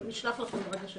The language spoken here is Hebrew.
זה עלה לפני